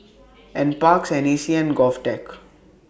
N Parks N A C and Govtech